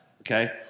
okay